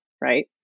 right